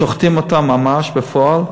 שוחטים אותם ממש, בפועל.